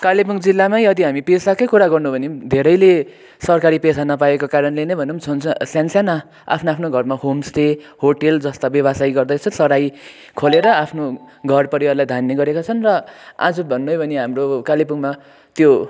कालेबुङ जिल्लामै यदि हामी पेसाकै कुरा गर्नु हो भने पनि धेरैले सरकारी पेसा नपाएको कारणले नै भनौँ सानसाना आफ्नो आफ्नो घरमा होमस्टे होटल जस्ता व्यवसाय गर्दैछ सराय खोलेर आफ्नो घरपरिवारलाई धान्ने गरेका छन् र आज भन्नु नै भने हाम्रो कालेबुङमा त्यो